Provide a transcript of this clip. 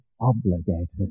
obligated